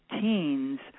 teens